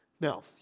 Now